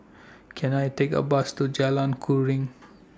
Can I Take A Bus to Jalan Keruing